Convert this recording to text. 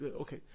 Okay